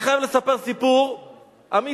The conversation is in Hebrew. אני חייב לספר סיפור אמיתי,